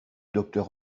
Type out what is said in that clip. docteur